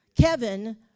Kevin